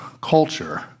culture